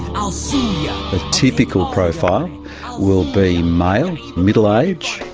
um typical profile will be male, middle age,